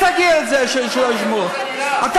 אבל